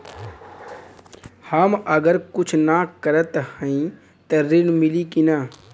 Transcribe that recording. हम अगर कुछ न करत हई त ऋण मिली कि ना?